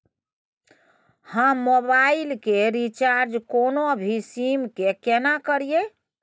हम मोबाइल के रिचार्ज कोनो भी सीम के केना करिए?